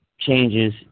changes